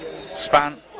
Span